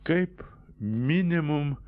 kaip minimum